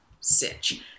sitch